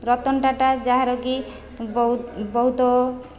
ରତନ ଟାଟା ଯାହାର କି ବହୁ ବହୁତ